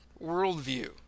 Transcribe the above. worldview